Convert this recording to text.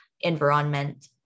environment